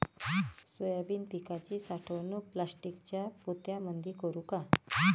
Soybean पिकाची साठवणूक प्लास्टिकच्या पोत्यामंदी करू का?